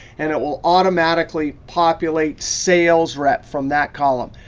and it will automatically populate sales rep from that column,